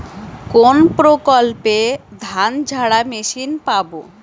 কোনপ্রকল্পে ধানঝাড়া মেশিন পাব?